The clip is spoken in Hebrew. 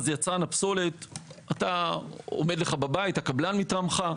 אז יצרן הפסולת, אתה, עומד לך בבית, הקבלן מטעמך.